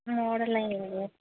model ఆ అండి